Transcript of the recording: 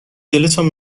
دلتان